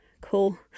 cool